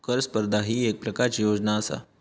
कर स्पर्धा ही येक प्रकारची योजना आसा